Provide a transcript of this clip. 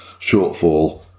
shortfall